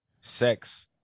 sex